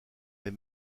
les